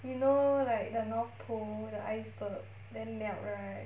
you know like the north pole the iceberg then melt right